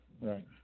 Right